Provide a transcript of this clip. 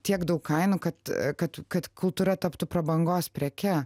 tiek daug kainų kad kad kad kultūra taptų prabangos preke